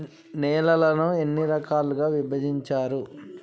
నేలలను ఎన్ని రకాలుగా విభజించారు?